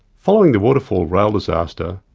following the waterfall rail disaster,